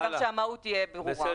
העיקר שהמהות תהיה ברורה.